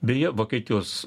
beje vokietijos